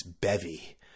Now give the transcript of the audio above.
bevy